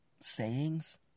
sayings